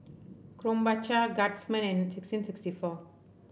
Krombacher Guardsman and sixteen sixty four